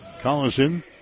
Collison